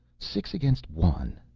six against one.